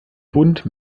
bund